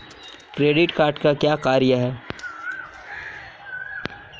Credit card का क्या कार्य है?